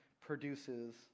produces